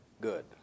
good